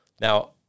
Now